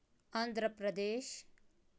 Andhra Pradesh